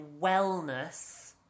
wellness